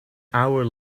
hour